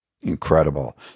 incredible